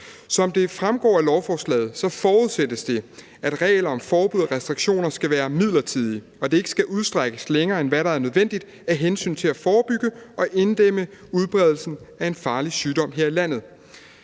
Som det fremgår af lovforslaget, forudsættes det, at regler om forbud og restriktioner skal være midlertidige, og at det ikke skal udstrækkes længere, end hvad der er nødvendigt af hensyn til at forebygge og inddæmme udbredelsen af en farlig sygdom her i landet.